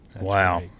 Wow